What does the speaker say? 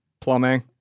plumbing